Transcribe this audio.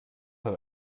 hat